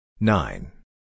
nine